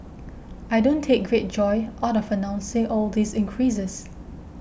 I don't take great joy out of announcing all these increases